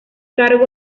cargo